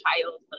childhood